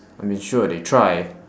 I mean sure they try